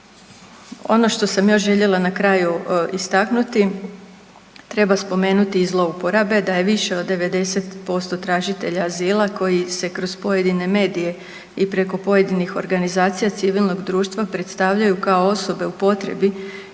Ono što sam još željela na kraju istaknuti treba spomenuti i zlouporabe da je više od 90% tražitelja azila koji se kroz pojedine medije i preko pojedinih organizacija civilnog društva predstavljaju kao osobe u potrebi